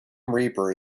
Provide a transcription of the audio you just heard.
reaper